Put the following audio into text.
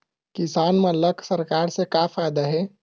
किसान मन ला सरकार से का फ़ायदा हे?